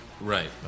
Right